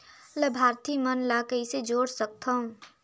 लाभार्थी मन ल कइसे जोड़ सकथव?